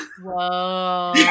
Whoa